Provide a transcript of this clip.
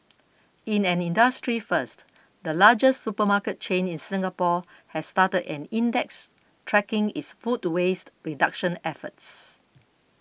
in an industry first the largest supermarket chain in Singapore has started an index tracking its food waste reduction efforts